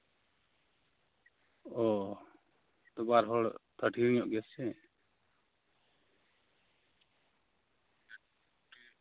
ᱚ ᱵᱟᱨ ᱦᱚᱲ ᱞᱟᱹᱴᱩ ᱧᱚᱜ ᱜᱮᱭᱟ ᱥᱮ ᱪᱮᱫ